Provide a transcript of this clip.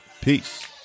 Peace